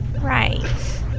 Right